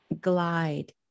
glide